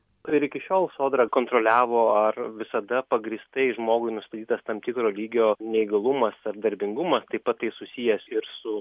ir iki šiol sodra kontroliavo ar visada pagrįstai žmogui nustatytas tam tikro lygio neįgalumas ar darbingumas taip pat tai susijęs ir su